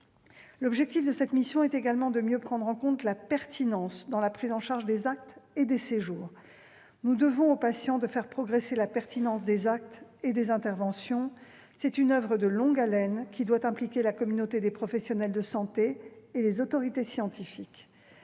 L'objectif de cette mission est également de mieux prendre en compte la pertinence dans la prise en charge des actes et des séjours. Nous devons aux patients de faire progresser la pertinence des actes et des interventions. C'est une oeuvre de longue haleine, qui doit impliquer la communauté des professionnels de santé et les autorités scientifiques.